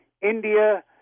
India